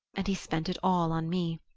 and he spent it all on me.